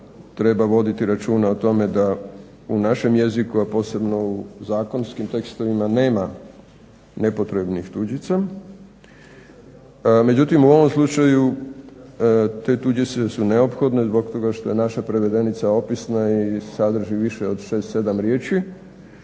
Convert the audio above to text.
treba voditi računa o tome da u našem jeziku, a posebno u zakonskim tekstovima nema nepotrebnih tuđica, međutim u ovom slučaju te tuđice su neophodne zbog toga što je naša prevedenica opisna i sadrži više od 6, 7 riječi.